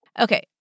Okay